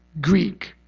Greek